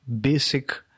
basic